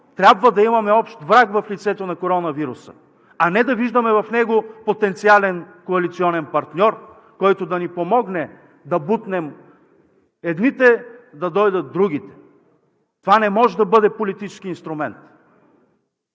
трябва да имаме общ враг в лицето на коронавируса, а не да виждаме в него потенциален коалиционен партньор, който да ни помогне да бутнем едните, за да дойдат другите. Това не може да бъде политически инструмент.